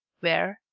where,